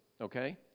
Okay